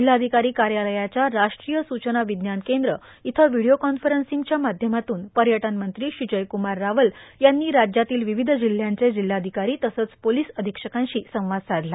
जिल्हाधिकारी कार्यालयाच्या राष्ट्रीय सूचना विज्ञान केंद्र इथं व्हिडिओ कॉन्फरब्सिंगच्या माध्यमातून पर्यटनमंत्री श्री जयकुमार रावल यांनी राज्यातील विविध जिल्ह्यांच्या जिल्हाधिकारी तसंच पोलीस अधिक्षकांशी संवाद साधला